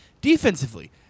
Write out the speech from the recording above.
Defensively